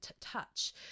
touch